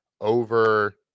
over